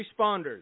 responders